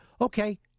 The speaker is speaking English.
okay